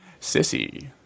Sissy